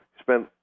spent